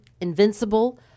invincible